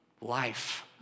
life